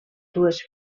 dues